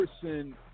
person